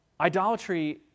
Idolatry